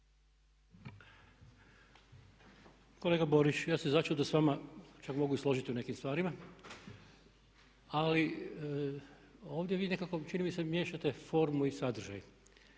Kolega Borić, ja se začudo s vama čak mogu i složiti u nekim stvarima. Ali ovdje vi nekako čini mi se miješate formu i sadržaj.